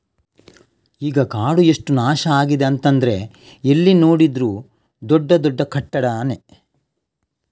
ಈಗ ಕಾಡು ಎಷ್ಟು ನಾಶ ಆಗಿದೆ ಅಂತಂದ್ರೆ ಎಲ್ಲಿ ನೋಡಿದ್ರೂ ದೊಡ್ಡ ದೊಡ್ಡ ಕಟ್ಟಡಾನೇ